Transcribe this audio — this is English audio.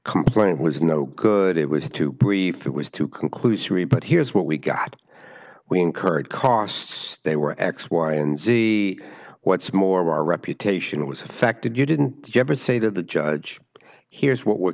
complaint was no good it was too brief it was too conclusory but here's what we got we incurred costs they were x y and z what's more our reputation was affected you didn't do you ever say to the judge here's what we're